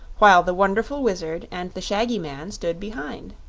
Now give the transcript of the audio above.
while the wonderful wizard and the shaggy man stood behind.